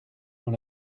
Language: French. dans